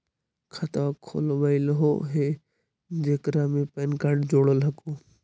खातवा खोलवैलहो हे जेकरा मे पैन कार्ड जोड़ल हको?